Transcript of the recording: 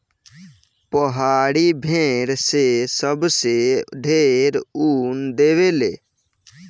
पहाड़ी भेड़ से सबसे ढेर ऊन देवे ले